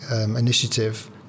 initiative